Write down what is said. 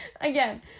Again